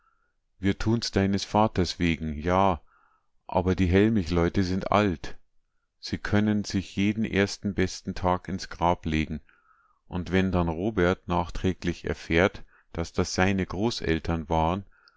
wir tun's deines vaters wegen ja aber die hellmichleute sind alt sie können sich jeden ersten besten tag ins grab legen und wenn dann robert nachträglich erfährt daß das seine großeltern waren